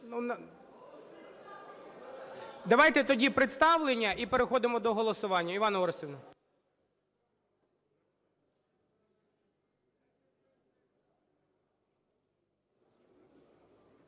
Давайте тоді представлення і переходимо до голосування. Іванна